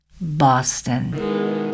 Boston